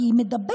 כי היא מדברת,